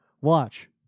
Watch